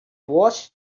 watched